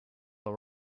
but